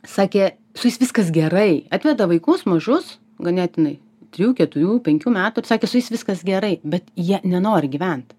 sakė su jais viskas gerai atveda vaikus mažus ganėtinai trijų keturių penkių metų ir sakė su jais viskas gerai bet jie nenori gyvent